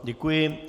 Děkuji.